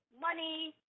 money